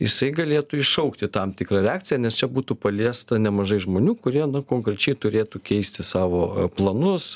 jisai galėtų iššaukti tam tikrą reakciją nes čia būtų paliesta nemažai žmonių kurie na konkrečiai turėtų keisti savo planus